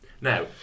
now